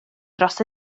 dros